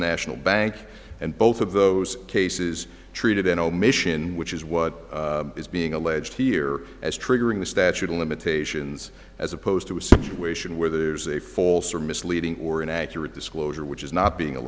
national bank and both of those cases treated an omission which is what is being alleged here as triggering the statute of limitations as opposed to a situation where there's a false or misleading or inaccurate disclosure which is not being a